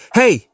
hey